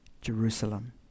Jerusalem